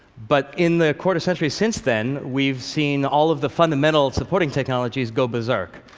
but in the quarter-century since then, we've seen all of the fundamental supporting technologies go berserk.